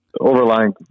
overlying